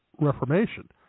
Reformation